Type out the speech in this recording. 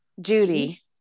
Judy